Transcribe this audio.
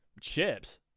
chips